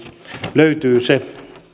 löytyy se säällinen